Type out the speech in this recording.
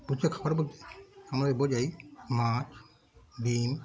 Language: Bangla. পুষ্টিকর খাবার বলতে আমরা বোঝাই মাছ ডিম